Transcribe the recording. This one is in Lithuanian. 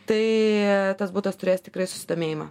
tai tas butas turės tikrai susidomėjimą